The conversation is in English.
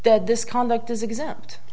that this conduct is exempt